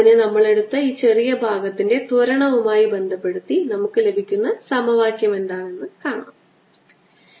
അതിനാൽ net flux ആന്തരിക ഉപരിതലത്തിലൂടെ ഒഴുകുകയും പുറം ഉപരിതലത്തിലൂടെ ഒഴുകുകയും ചെയ്യും